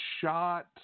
shot